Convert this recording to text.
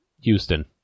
Houston